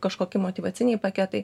kažkoki motyvaciniai paketai